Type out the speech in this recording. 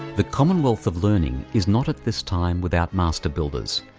the commonwealth of learning is not at this time without master-builders,